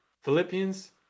Philippians